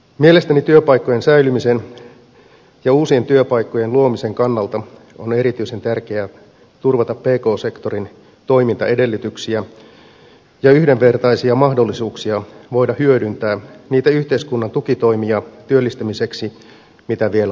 mielestäni työpaikkojen säilymisen ja uusien työpaikkojen luomisen kannalta on erityisen tärkeää turvata pk sektorin toimintaedellytyksiä ja yhdenvertaisia mahdollisuuksia voida hyödyntää niitä yhteiskunnan tukitoimia työllistämiseksi mitä vielä on jäljellä